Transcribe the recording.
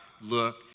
look